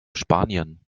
spanien